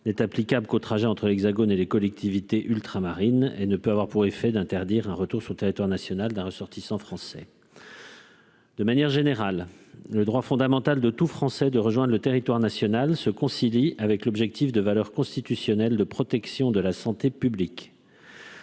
n'est applicable qu'aux trajet entre l'Hexagone et les collectivités ultramarines et ne peut avoir pour effet d'interdire un retour sur le territoire national, d'un ressortissant français. De manière générale le droit fondamental de tout Français de rejoindre le territoire national se concilie avec l'objectif de valeur constitutionnelle de protection de la santé publique,